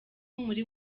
muri